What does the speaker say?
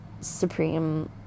supreme